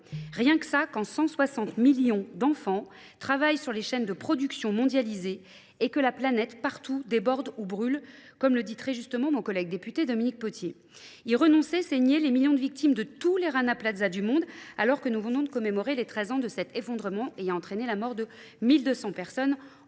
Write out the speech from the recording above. Rien que ça quand 160 millions d'enfants travaillent sur les chaînes de production mondialisées et que la planète partout déborde ou brûle, comme le ditrait justement mon collègue député Dominique Pottier. Il renonçait, saignait les millions de victimes de tous les rannas plazas du monde, alors que nous venons de commémorer les 13 ans de cet effondrement ayant entraîné la mort de 1200 personnes employées